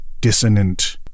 dissonant